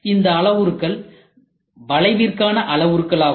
இந்த அளவுருக்கள் வளைவிற்கான அளவுருக்கள் ஆகும்